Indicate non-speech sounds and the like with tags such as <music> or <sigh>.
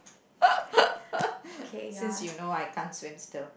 <laughs> since you know I can't swim still